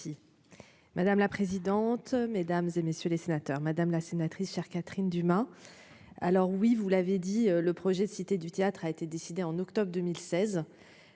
madame la présidente, mesdames et messieurs les sénateurs, madame la sénatrice Catherine Dumas, alors oui, vous l'avez dit le projet de Cité du théâtre a été décidée en octobre 2016